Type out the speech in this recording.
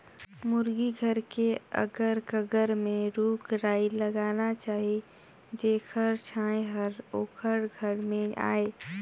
मुरगी घर के अगर कगर में रूख राई लगाना चाही जेखर छांए हर ओखर घर में आय